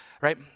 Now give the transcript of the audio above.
right